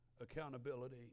accountability